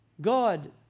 God